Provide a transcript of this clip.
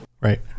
Right